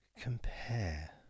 compare